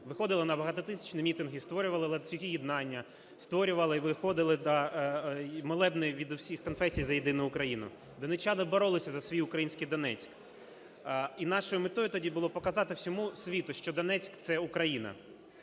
виходили на багатотисячні мітинги, створювали ланцюги єднання, створювали і виходили, да, молебні від усіх конфесій за єдину Україну. Донеччани боролися за свій український Донецьк. І нашою метою тоді було показати всьому світу, що Донецьк – це Україна.